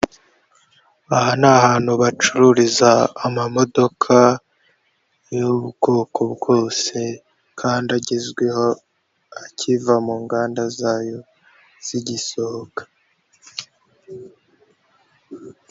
Aha ni ahantu bacururiza amamodoka y'ubwoko bwose kandi agezweho akiva mu nganda zayo z'igisohoka.